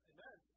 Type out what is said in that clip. Amen